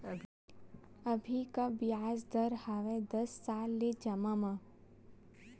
अभी का ब्याज दर हवे दस साल ले जमा मा?